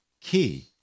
key